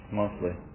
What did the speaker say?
mostly